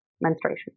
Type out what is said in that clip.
menstruation